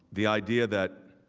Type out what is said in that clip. the idea that